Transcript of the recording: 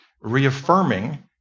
reaffirming